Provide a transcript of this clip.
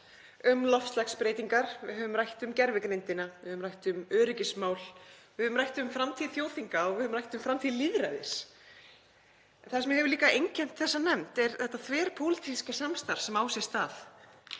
um loftslagsbreytingar, við höfum rætt um gervigreindina, við höfum rætt um öryggismál, við höfum rætt um framtíð þjóðþinga og við höfum rætt um framtíð lýðræðis. Það sem hefur líka einkennt þessa nefnd er þetta þverpólitíska samstarf sem á sér stað.